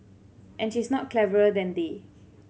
and she is not cleverer than they